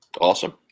Awesome